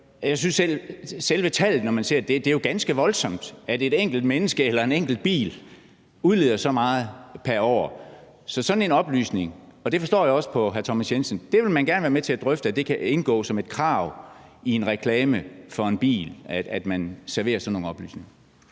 ser det, er ganske voldsomt, altså at et enkelt menneske eller en enkelt bil udleder så meget pr. år. Så sådan en oplysning forstår jeg også på hr. Thomas Jensen at man gerne vil være med til at drøfte om kan indgå som et krav i en reklame for en bil, altså at man serverer sådan nogle oplysninger.